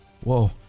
Whoa